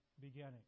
beginning